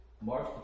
March